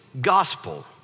gospel